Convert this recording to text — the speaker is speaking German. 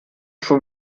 schon